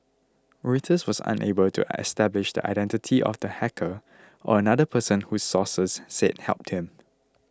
reuters was unable to establish the identity of the hacker or another person who sources said helped him